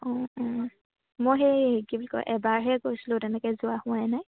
অঁ অঁ মই সেই কি বুলি কয় এবাৰহে গৈছিলোঁ তেনেকৈ যোৱা হোৱাই নাই